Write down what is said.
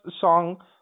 song